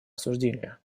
осуждения